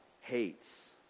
hates